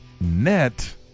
net